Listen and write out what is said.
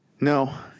No